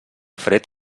fred